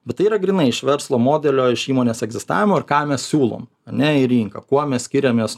bet tai yra grynai iš verslo modelio iš įmonės egzistavimo ir ką mes siūlom ane į rinką kuo mes skiriamės